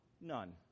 none